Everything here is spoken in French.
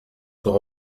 sont